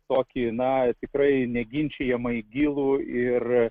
tokį na tikrai neginčijamai gilų ir